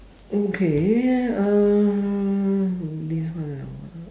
okay um this one ah